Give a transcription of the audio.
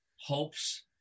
hopes